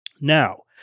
Now